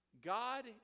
God